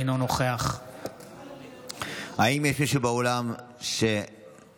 אינו נוכח האם יש מישהו באולם שנוכח